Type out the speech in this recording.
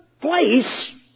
place